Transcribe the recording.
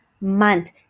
month